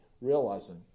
realizing